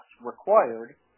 required